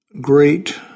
great